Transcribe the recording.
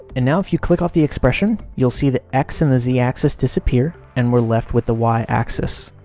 and now, if you click off the expression, you'll see the x and the z axis disappear, and we're left with the y axis.